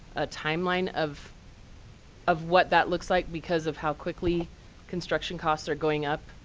a timeline of of what that looks like, because of how quickly construction costs are going up?